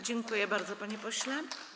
Dziękuję bardzo, panie pośle.